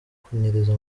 kunyereza